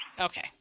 Okay